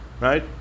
right